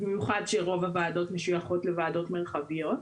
במיוחד שרוב הוועדות משויכות לוועדות מרחביות.